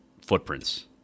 footprints